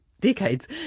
decades